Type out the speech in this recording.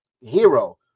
hero